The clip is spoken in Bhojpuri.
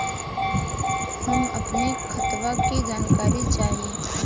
हम अपने खतवा क जानकारी चाही?